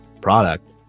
product